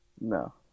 No